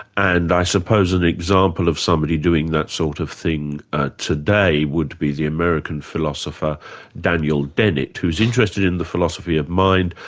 and i suppose an example of somebody doing that sort of thing today would be the american philosopher daniel dennett who's interested in the philosophy of mind,